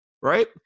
right